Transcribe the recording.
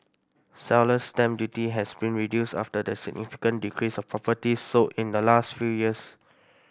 seller's stamp duty has been reduced after the significant decrease of properties sold in the last few years